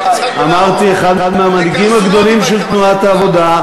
אמרתי: אחד מהמנהיגים הגדולים של תנועת העבודה,